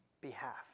behalf